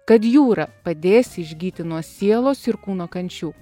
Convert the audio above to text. kad jūra padės išgyti nuo sielos ir kūno kančių